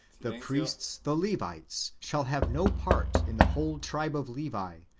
the priests the levites shall have no part in the whole tribe of levi,